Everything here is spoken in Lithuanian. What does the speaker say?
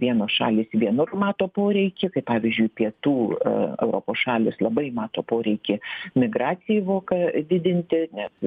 vienos šalys vienur mato poreikį kaip pavyzdžiui pietų europos šalys labai mato poreikį migracijai voką didinti nes